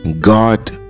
God